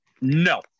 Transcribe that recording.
No